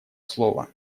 слово